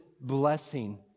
blessing